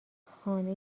خانه